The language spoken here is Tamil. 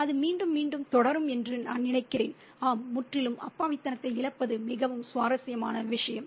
அது மீண்டும் மீண்டும் தொடரும் என்று நான் நினைக்கிறேன் ஆம் முற்றிலும் அப்பாவித்தனத்தை இழப்பது மிகவும் சுவாரஸ்யமான விஷயம்